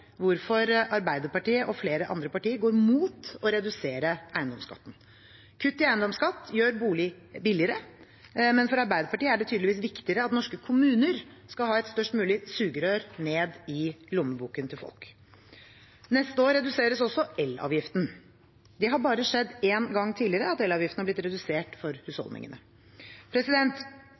hvorfor Arbeiderpartiet og flere andre partier går mot å redusere eiendomsskatten. Kutt i eiendomsskatten gjør bolig billigere, men for Arbeiderpartiet er det tydeligvis viktigere at norske kommuner skal ha et størst mulig sugerør ned i lommeboken til folk. Neste år reduseres også elavgiften. Det har bare skjedd én gang tidligere at elavgiften har blitt redusert for husholdningene.